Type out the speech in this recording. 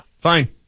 Fine